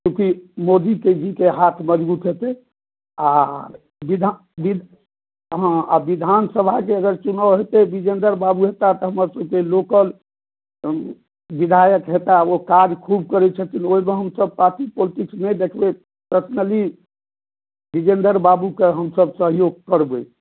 चूँकि मोदीजीके हाथ मज़बूत हेतै आर विधान हँ विधानसभाके अगर चुनाव हेतै विजयेंदर बाबूक विधायक हेता तऽ हमरसभकेॅं लोकल विधायक हेताह ओ काज खूब करै छथिन ओहिमे हमसभ पार्टी पोलटिक्स नहि देखबै पर्सनली विजयेंदर बाबूके हमसभ सहयोग करबै